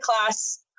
class